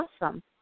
awesome